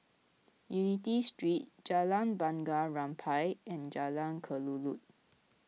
Unity Street Jalan Bunga Rampai and Jalan Kelulut